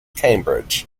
cambridge